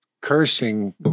cursing